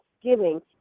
giving